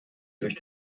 durch